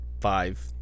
five